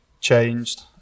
changed